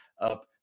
up